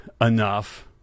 enough